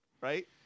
Right